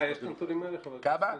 לך יש את הנתונים האלו, חה"כ פינדרוס?